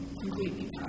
completely